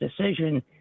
decision